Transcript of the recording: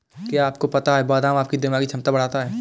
क्या आपको पता है बादाम आपकी दिमागी क्षमता बढ़ाता है?